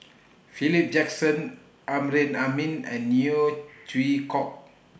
Philip Jackson Amrin Amin and Neo Chwee Kok